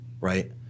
right